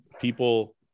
people